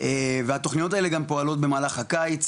והתוכניות האלה גם פועלות במהלך הקיץ,